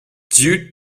due